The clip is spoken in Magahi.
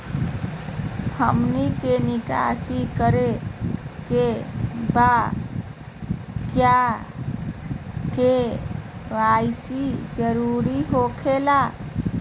हमनी के निकासी करे के बा क्या के.वाई.सी जरूरी हो खेला?